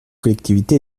collectivité